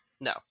No